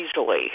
easily